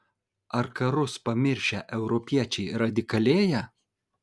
ar karus pamiršę europiečiai radikalėja